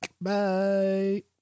Bye